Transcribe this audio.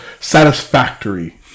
satisfactory